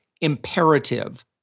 imperative